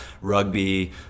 rugby